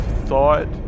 thought